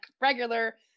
regular